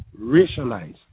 racialized